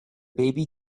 baby